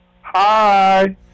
Hi